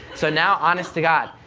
so now, honest to god,